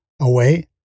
away